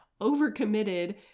overcommitted